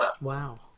Wow